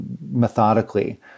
methodically